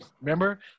remember